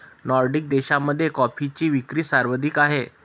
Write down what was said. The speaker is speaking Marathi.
नॉर्डिक देशांमध्ये कॉफीची विक्री सर्वाधिक आहे